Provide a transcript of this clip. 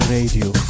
Radio